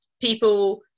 people